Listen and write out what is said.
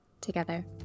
together